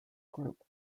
group